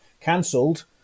cancelled